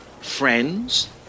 friends